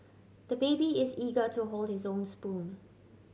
the baby is eager to hold his own spoon